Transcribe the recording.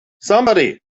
somebody